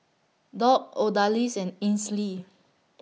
Dock Odalis and Ainsley